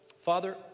Father